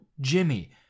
Jimmy